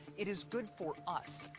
it is good for us,